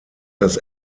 das